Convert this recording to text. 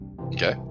Okay